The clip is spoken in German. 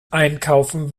einkaufen